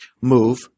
Move